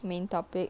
main topic